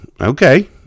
okay